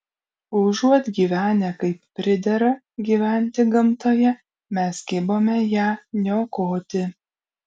užuot gyvenę kaip pridera gyventi gamtoje mes kibome ją niokoti